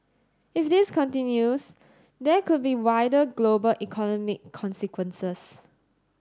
if this continues there could be wider global economic consequences